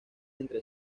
entre